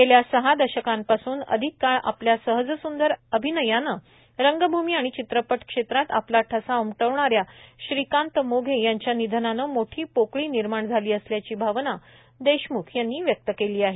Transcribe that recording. गेल्या सहा दशकांपासून अधिक काळ आपल्या सहजसुंदर अभिनयानं रंगभूमी आणि चित्रपट क्षेत्रात आपला ठसा उमटवणाऱ्या श्रीकांत मोघे यांच्या निधनानं मोठी पोकळी निर्माण झाली असल्याची भावना देशम्ख यांनी व्यक्त केली आहे